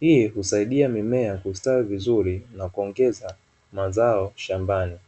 Hii husaidia mimea kustawi vizuri na kuongeza mazao shambani.